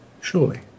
surely